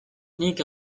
nik